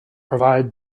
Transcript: provide